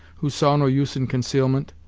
who saw no use in concealment.